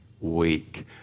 week